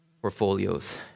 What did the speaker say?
portfolios